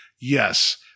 Yes